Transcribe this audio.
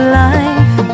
life